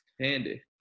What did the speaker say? Handy